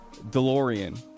DeLorean